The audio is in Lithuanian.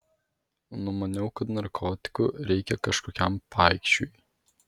numaniau kad narkotikų reikia kažkokiam paikšiui